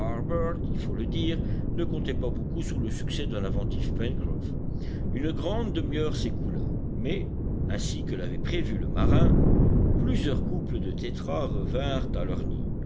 il faut le dire ne comptait pas beaucoup sur le succès de l'inventif pencroff une grande demiheure s'écoula mais ainsi que l'avait prévu le marin plusieurs couples de tétras revinrent à leurs nids